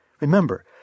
Remember